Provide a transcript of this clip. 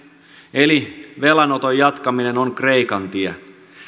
eli velanoton jatkaminen on kreikan tie